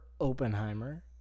Oppenheimer